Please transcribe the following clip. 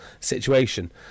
situation